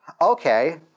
okay